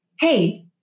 hey